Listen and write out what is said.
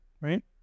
right